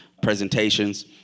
presentations